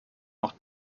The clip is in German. noch